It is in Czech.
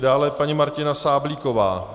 Dále paní Martina Sáblíková.